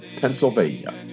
Pennsylvania